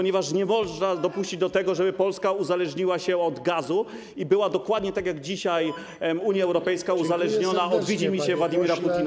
Nie można dopuścić do tego, żeby Polska uzależniła się od gazu i była - tak jak dzisiaj Unia Europejska - uzależniona od widzimisię Władimira Putina.